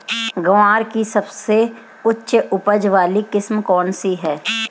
ग्वार की सबसे उच्च उपज वाली किस्म कौनसी है?